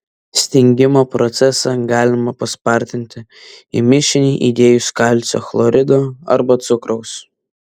stingimo procesą galima paspartinti į mišinį įdėjus kalcio chlorido arba cukraus